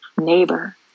neighbor